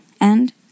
and